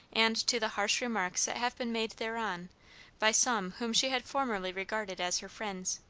and to the harsh remarks that have been made thereon by some whom she had formerly regarded as her friends.